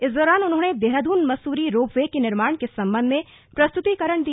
इस दौरान उन्होंने देहरादून मसूरी रोपवे के निर्माण के सम्बन्ध में प्रस्तुतीकरण दिया